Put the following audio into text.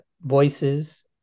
voices